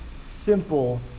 simple